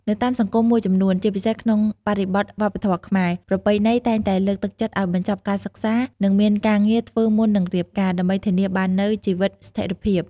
នៅតាមសង្គមមួយចំនួន ជាពិសេសក្នុងបរិបទវប្បធម៌ខ្មែរ ប្រពៃណីតែងតែលើកទឹកចិត្តឱ្យបញ្ចប់ការសិក្សា និងមានការងារធ្វើមុននឹងរៀបការ ដើម្បីធានាបាននូវជីវិតស្ថិរភាព។